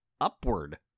upward